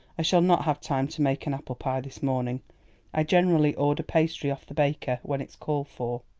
i shall not have time to make an apple-pie this morning i generally order pastry of the baker when it's called for.